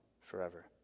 forever